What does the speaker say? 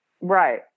Right